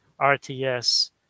RTS